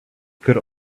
could